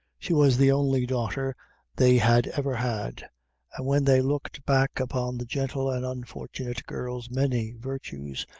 she was the only daughter they had ever had and when they looked back upon the gentle and unfortunate girl's many virtues,